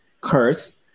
curse